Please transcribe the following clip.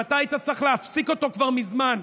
שאתה היית צריך להפסיק אותו כבר מזמן.